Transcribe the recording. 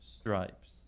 stripes